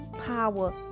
power